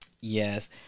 Yes